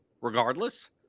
regardless